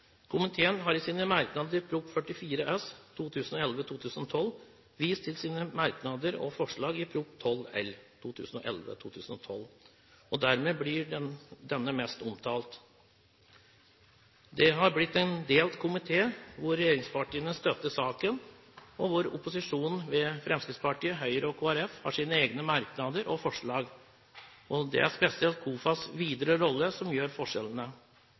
Komiteen har i sine merknader til Prop. 44 S for 2011–2012 vist til sine merknader og forslag i Prop. 12 L for 2011–2012, og dermed blir denne mest omtalt. Det har blitt en delt komité, hvor regjeringspartiene støtter saken, og hvor opposisjonen, ved Fremskrittspartiet, Høyre og Kristelig Folkeparti, har sine egne merknader og forslag. Det er spesielt KOFAs videre rolle som utgjør forskjellene.